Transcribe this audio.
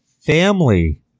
family